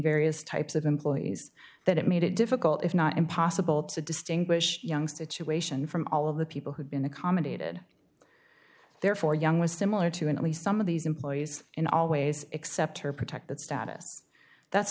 various types of employees that it made it difficult if not impossible to distinguish young situation from all of the people who'd been accommodated there for young was similar to an at least some of these employees in all ways except her protected status that's